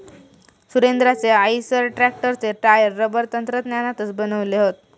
सुरेंद्राचे आईसर ट्रॅक्टरचे tyre rubber तंत्रज्ञानातनाच बनवले हत